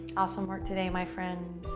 awesome work today, my friends.